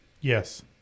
Yes